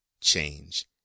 change